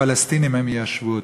הפלסטינים יישבו אותה.